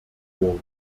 wurde